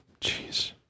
Jeez